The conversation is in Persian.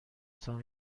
تان